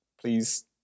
please